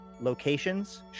locations